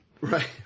Right